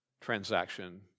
transaction